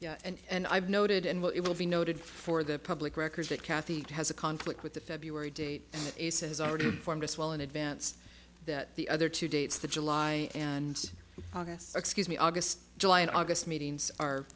please and i've noted and well it will be noted for the public records that kathy has a conflict with the february date ace is already formed as well in advance that the other two dates the july and august excuse me august july and august meetings are